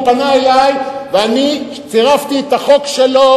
הוא פנה אלי ואני צירפתי את החוק שלו,